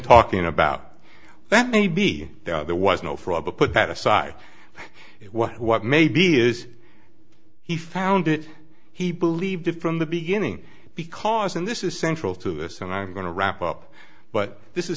talking about that maybe there was no fraud the put that aside it was what maybe is he found it he believed from the beginning because and this is central to this and i'm going to wrap up but this is